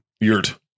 Yurt